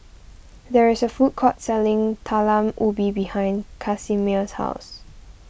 there is a food court selling Talam Ubi behind Casimer's house